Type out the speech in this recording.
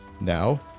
Now